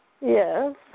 Yes